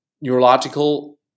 neurological